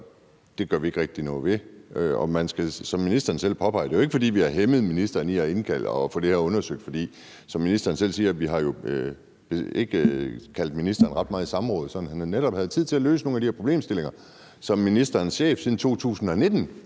det er jo, som ministeren selv påpeger, ikke, fordi vi har hæmmet ministeren i at indkalde og få det her undersøgt. For som ministeren selv siger, har vi jo ikke kaldt ministeren ret meget i samråd, sådan at han netop havde tid til at løse nogle af de her problemstillinger, som ministerens chef siden 2019